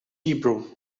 hebrew